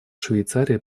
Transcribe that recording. швейцария